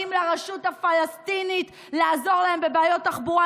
לרשות הפלסטינית לעזור להם בבעיות תחבורה,